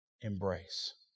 embrace